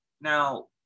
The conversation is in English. now